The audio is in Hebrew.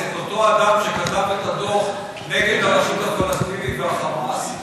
את אותו אדם שכתב את הדוח נגד הרשות הפלסטינית והחמאס,